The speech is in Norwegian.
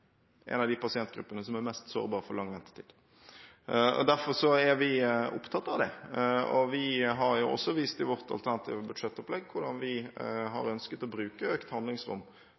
en av de pasientgruppene som er mest sårbare for lang ventetid. Derfor er vi opptatt av det. Vi har også vist i vårt alternative budsjettopplegg hvordan vi har ønsket å bruke økt handlingsrom